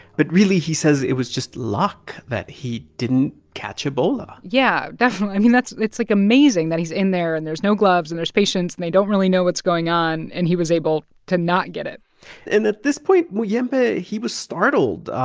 but really, he says, it was just luck that he didn't catch ebola yeah, definitely. mean, that's it's, like, amazing that he's in there, and there's no gloves, and there's patients, and they don't really know what's going on, and he was able to not get it and at this point, muyembe, but he was startled.